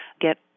get